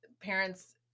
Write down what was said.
parents